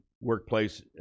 workplace